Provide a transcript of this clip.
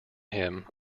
him